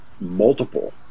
multiple